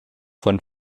von